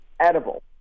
edible